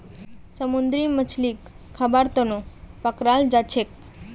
समुंदरी मछलीक खाबार तनौ पकड़ाल जाछेक